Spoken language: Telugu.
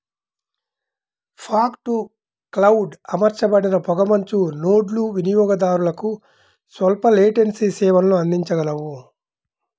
ఫాగ్ టు క్లౌడ్ అమర్చబడిన పొగమంచు నోడ్లు వినియోగదారులకు స్వల్ప లేటెన్సీ సేవలను అందించగలవు